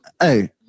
Hey